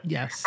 Yes